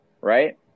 Right